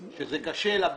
שזה קשה לה בתפיסה.